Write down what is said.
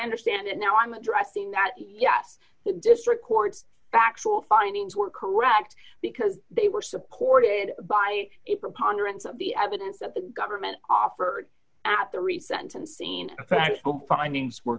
understand it now i'm addressing that yes the district court's factual findings were correct because they were supported by a preponderance of the evidence that the government offered at the recent unseen factual findings were